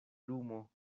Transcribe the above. lumo